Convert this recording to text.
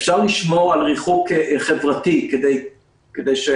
אפשר לשמור על ריחוק חברתי כדי שההתפשטות